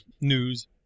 news